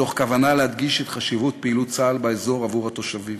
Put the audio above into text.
מתוך כוונה להדגיש את חשיבות פעילות צה"ל באזור עבור התושבים.